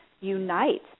unite